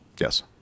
Yes